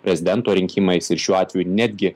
prezidento rinkimais ir šiuo atveju netgi